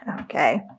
okay